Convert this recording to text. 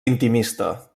intimista